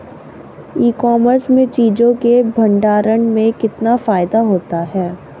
ई commerce में चीज़ों के भंडारण में कितना फायदा होता है?